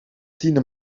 tiende